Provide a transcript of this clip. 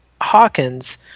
Hawkins